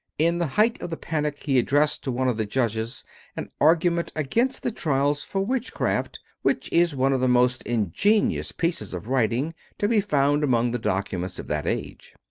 in the height of the panic he addressed to one of the judges an argument against the trials for witchcraft which is one of the most ingenious pieces of writing to be found among the documents of that age.